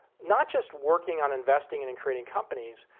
not just working on investing and in creating companies,